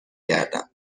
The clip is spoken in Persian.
گردم